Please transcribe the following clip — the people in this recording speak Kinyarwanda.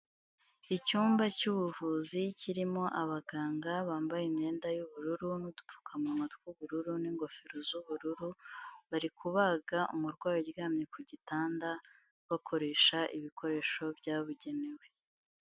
Icyumba cy'ubuvuzi, kirimo abaganga bambaye imyenda y'ubururu n'udupfukamunwa tw'ubururu, n'ingofero z'ubururu, bari kubaga umurwayi uryamye, ku gitanda bakoresha ibikoresho byabugenewe.